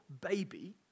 baby